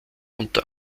unter